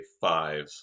five